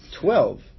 Twelve